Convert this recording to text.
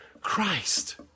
Christ